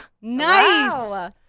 nice